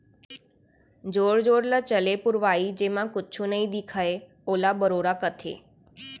जोर जोर ल चले पुरवाई जेमा कुछु नइ दिखय ओला बड़ोरा कथें